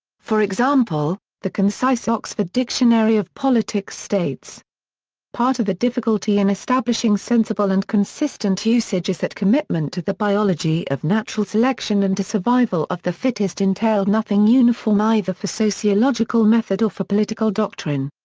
for example, the concise oxford dictionary of politics states part of the difficulty in establishing sensible and consistent usage is that commitment to the biology of natural selection and to survival of the fittest entailed nothing uniform either for sociological method or for political doctrine.